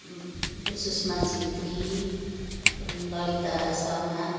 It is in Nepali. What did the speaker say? सुषमा छेत्री ललिता शर्मा